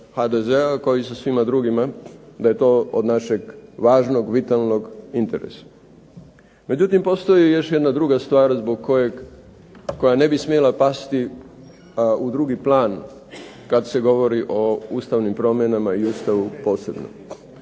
HDZ-a kao i sa svima drugima da je to od našeg važnog, vitalnog interesa. Međutim, postoji još jedna druga stvar zbog kojeg, koja ne bi smjela pasti u drugi plan kad se govori o ustavnim promjenama i Ustavu posebno.